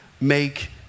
make